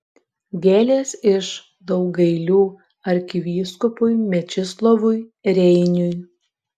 gėlės iš daugailių arkivyskupui mečislovui reiniui